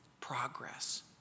Progress